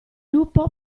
lupo